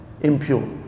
impure